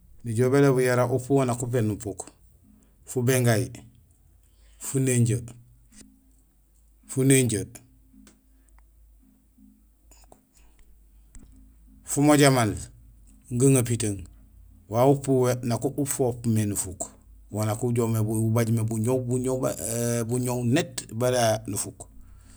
Nijool bélobul yara upu waan nak uféén nufuk: fubingayú, fununjee, fumoja maal, gaŋepitung wawu upu uwé nak foop mé nufuk; wo nak ujoom mé, ubaaj mé buñoow bara nufuk; buñoow net bara nufuk.